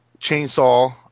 chainsaw